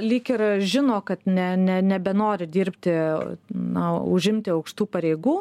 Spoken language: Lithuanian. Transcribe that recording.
lyg ir žino kad ne ne nebenori dirbti na užimti aukštų pareigų